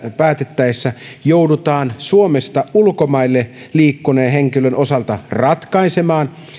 päätettäessä joudutaan suomesta ulkomaille liikkuneen henkilön osalta ratkaisemaan